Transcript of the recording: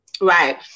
right